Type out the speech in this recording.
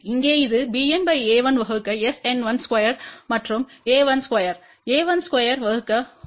இங்கே இது bN a1 வகுக்கSN1 ஸ்கொயர் மற்றும் a1ஸ்கொயர் a1ஸ்கொயர் வகுக்க 1 இருக்கும்